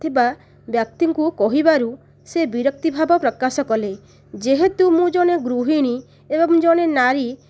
ଥିବା ବ୍ୟକ୍ତିଙ୍କୁ କହିବାରୁ ସେ ବିରକ୍ତିଭାବ ପ୍ରକାଶ କଲେ ଯେହେତୁ ମୁଁ ଜଣେ ଗୃହିଣୀ ଏବଂ ଜଣେ ନାରୀ